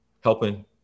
helping